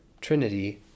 Trinity